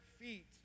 feet